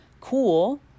cool